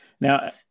Now